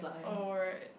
oh right